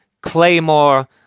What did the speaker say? Claymore